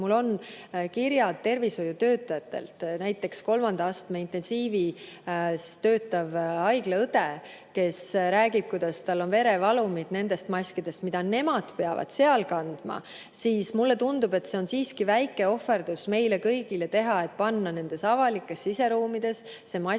mul on kirjad tervishoiutöötajatelt, näiteks kui kolmanda astme intensiivis töötav haiglaõde räägib, kuidas tal on verevalumid nendest maskidest, mida nemad peavad seal kandma, siis mulle tundub, et on siiski väike ohverdus meil kõigil teha, kui me paneme avalikes siseruumides maski ette,